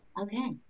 Okay